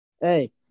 Hey